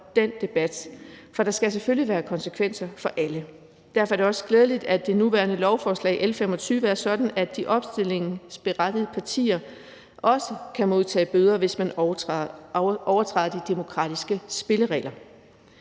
den debat, for der skal selvfølgelig være konsekvenser for alle. Derfor er det også glædeligt, at det nuværende lovforslag, L 25, er sådan, at de opstillingsberettigede partier også kan modtage bøder, hvis man overtræder de demokratiske spilleregler.